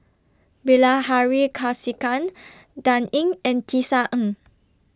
Bilahari Kausikan Dan Ying and Tisa Ng